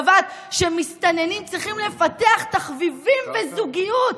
קבעת שמסתננים צריכים לפתח תחביבים וזוגיות.